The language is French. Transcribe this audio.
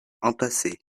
entassés